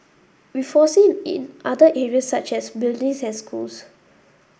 we foresee in other areas such as buildings and schools